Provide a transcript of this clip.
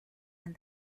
and